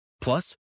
Plus